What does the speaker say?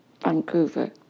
Vancouver